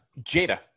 Jada